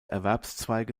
erwerbszweige